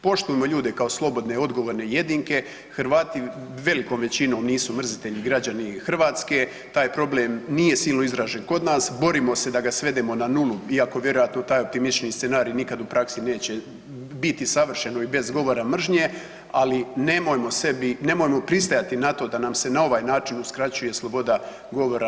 Poštujmo ljude kao slobodne odgovorne jedinke, Hrvati velikom većinom nisu mrzitelji građani Hrvatske, taj problem nije silno izražen kod nas, borimo se da ga svedemo na nulu iako vjerojatno taj optimistični scenarij nikad u praksi neće biti savršeno i bez govora mržnje, ali nemojmo pristajati na to da nam se na ovaj način uskraćuje sloboda govora i